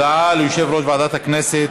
הודעה ליושב-ראש ועדת הכנסת,